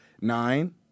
Nine